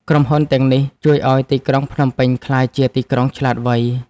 ក្រុមហ៊ុនទាំងនេះជួយឱ្យទីក្រុងភ្នំពេញ ក្លាយជាទីក្រុងឆ្លាតវៃ។